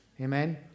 Amen